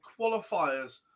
qualifiers